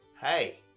hey